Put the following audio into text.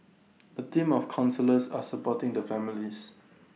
A team of counsellors are supporting the families